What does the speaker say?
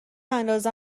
اندازه